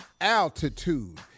altitude